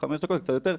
קצת יותר,